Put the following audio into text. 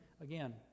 again